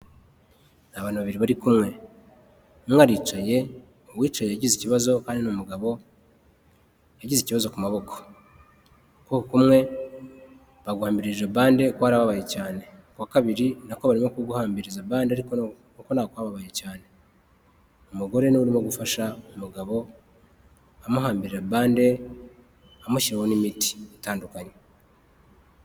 Abantu babiri bari kumwe mwaricaye uwicaye yagize ikibazo kandi ni umugabo yagize ikibazo ku maboko ku bagumirije bande kwarababaye cyane ku wa kabiri naporo yo kugu guhambiriza bande ariko nakubabaye cyane umugore niwe uri gufasha umugabo amuhammbira bande amushyiraho n'imiti itandukanye.